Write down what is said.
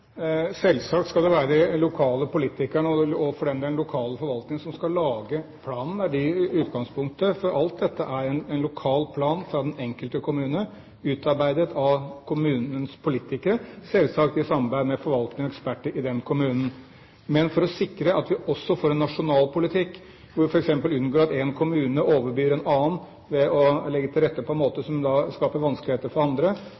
Selvsagt skal det være de lokale politikerne og for den del den lokale forvaltningen som skal lage planen. Det er det som er utgangspunktet. Alt dette er en lokal plan fra den enkelte kommune, utarbeidet av kommunens politikere, selvsagt i samarbeid med forvaltning og eksperter i kommunen. Men for å sikre at vi også får en nasjonal politikk hvor vi f.eks. unngår at én kommune overbyr en annen ved å legge til rette på en måte som skaper vanskeligheter for andre,